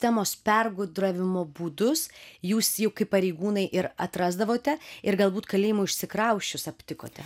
temos pergudravimo būdus jūs juk kaip pareigūnai ir atrasdavote ir galbūt kalėjimų išsikrausčius aptikote